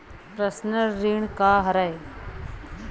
Personal ऋण का हरय?